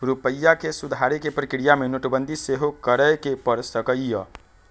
रूपइया के सुधारे कें प्रक्रिया में नोटबंदी सेहो करए के पर सकइय